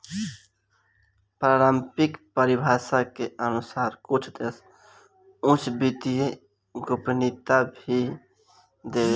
पारम्परिक परिभाषा के अनुसार कुछ देश उच्च वित्तीय गोपनीयता भी देवेला